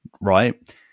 Right